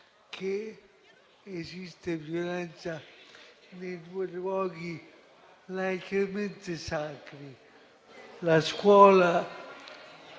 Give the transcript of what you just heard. cui esiste violenza nei due luoghi laicamente sacri, la scuola